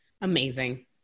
Amazing